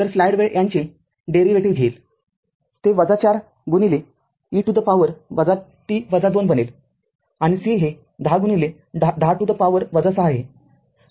तर स्लाईड वेळ याचे डेरिव्हेटीव्ह घेईलते ४ e to the power t २ बनेल आणि C हे १० १० to the power ६ आहे